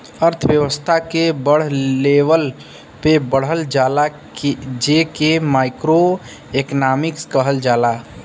अर्थव्यस्था के बड़ लेवल पे पढ़ल जाला जे के माइक्रो एक्नामिक्स कहल जाला